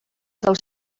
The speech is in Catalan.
dels